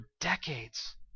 decades